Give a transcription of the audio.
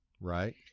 Right